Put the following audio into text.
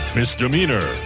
Misdemeanor